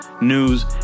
news